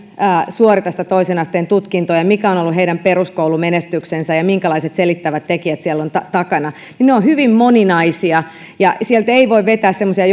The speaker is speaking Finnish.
suorita sitä toisen asteen tutkintoa ja mikä on ollut heidän peruskoulumenestyksensä ja ja minkälaiset selittävät tekijät siellä on takana ne ovat hyvin moninaisia ja sieltä ei voi vetää semmoisia